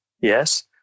yes